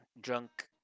drunk